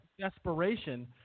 desperation